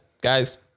guys